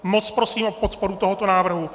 Moc prosím o podporu tohoto návrhu.